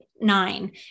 nine